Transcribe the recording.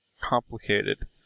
complicated